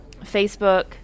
Facebook